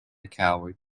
coward